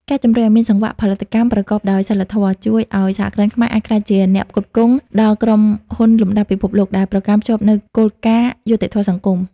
ការជំរុញឱ្យមាន "សង្វាក់ផលិតកម្មប្រកបដោយសីលធម៌" ជួយឱ្យសហគ្រិនខ្មែរអាចក្លាយជាអ្នកផ្គត់ផ្គង់ដល់ក្រុមហ៊ុនលំដាប់ពិភពលោក ដែលប្រកាន់ខ្ជាប់នូវគោលការណ៍យុត្តិធម៌សង្គម។